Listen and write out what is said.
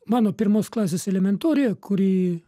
mano pirmos klasės elementoriuje kurį